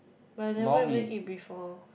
but I never went eat before